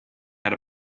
had